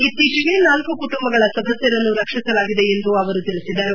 ಇತ್ತೀಚೆಗೆ ನಾಲ್ಕು ಕುಟುಂಬಗಳ ಸದಸ್ಕರನ್ನು ರಕ್ಷಿಸಲಾಗಿದೆ ಎಂದು ಅವರು ತಿಳಿಸಿದರು